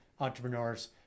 entrepreneurs